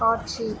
காட்சி